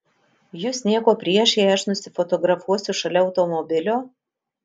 jus nieko prieš jei aš nusifotografuosiu šalia automobilio